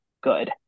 good